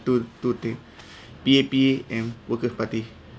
to to take P_A_P and workers' party